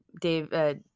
Dave